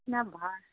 कितना भाड़ा